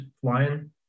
flying